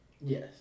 Yes